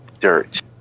dirt